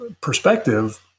perspective